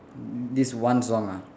this one song ah